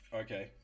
okay